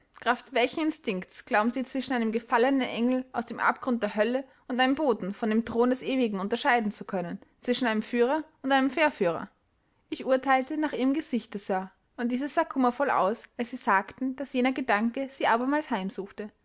welchen instinkts glauben sie zwischen einem gefallenen engel aus dem abgrund der hölle und einem boten von dem thron des ewigen unterscheiden zu können zwischen einem führer und einem verführer ich urteilte nach ihrem gesichte sir und dieses sah kummervoll aus als sie sagten daß jener gedanke sie abermals heimsuche